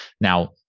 Now